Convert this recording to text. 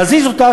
להזיז אותה,